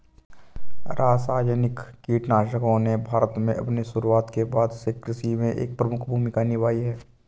रासायनिक कीटनाशकों ने भारत में अपनी शुरूआत के बाद से कृषि में एक प्रमुख भूमिका निभाई है